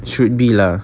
should be lah